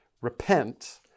Repent